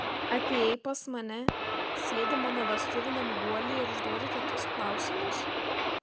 atėjai pas mane sėdi mano vestuviniam guolyje ir užduodi tokius klausimus